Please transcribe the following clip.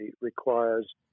requires